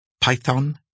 Python